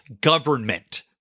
government